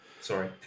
Sorry